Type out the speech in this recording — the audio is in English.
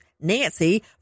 nancy